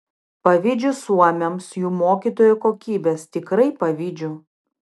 pavydžiu suomiams jų mokytojų kokybės tikrai pavydžiu